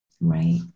Right